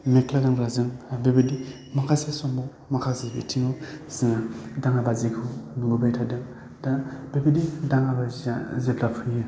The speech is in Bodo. मेख्ला गानग्राजों बेबादि माखासे समाव माखासे बिथिङाव जोङो दाङा बाजिखौ नुहुरबाय थादों दा बेबायदि दाङा बाजि जा जेब्ला फैयो